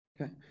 Okay